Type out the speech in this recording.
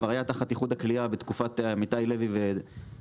כבר היה תחת איחוד הקליעה בתקופת עמיתי לוי ודוידוביץ'.